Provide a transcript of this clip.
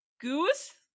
Goose